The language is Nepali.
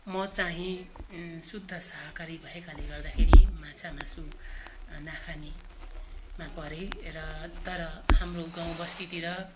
म चाहिँ शुद्ध शाकाहारी भएकाले गर्दाखेरि माछा मासु नखानेमा परेँ र तर हाम्रो गाउँबस्तीतिर